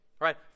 right